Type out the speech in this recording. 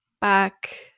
back